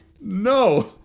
No